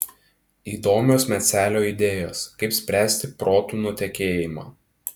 įdomios mecelio idėjos kaip spręsti protų nutekėjimą